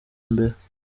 mbere